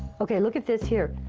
okay, look at this here.